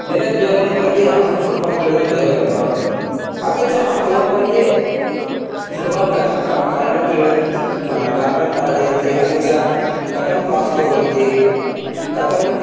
दिनद्वयं प्रति अहं फ़ुट्बाल् क्रीडितुं नैव गतवान् अपि च अहं फ़ोन् मध्ये फ़ुट्बाल् कथं का कानड् क्रीडन्ति कार्नर् ताडयन्ति अपि च कथं पास् कुर्वन्ति कथं